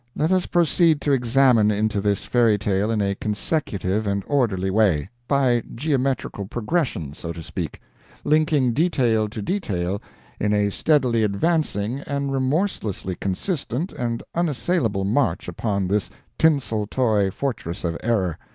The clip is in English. let us proceed to examine into this fairy-tale in a consecutive and orderly way by geometrical progression, so to speak linking detail to detail in a steadily advancing and remorselessly consistent and unassailable march upon this tinsel toy-fortress of error,